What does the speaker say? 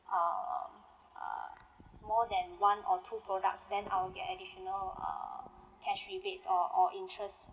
err uh more than one or two products then I will get additional err cash rebates or or interest